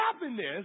Happiness